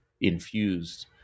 infused